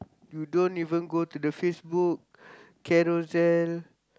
you don't even go to the Facebook Carousell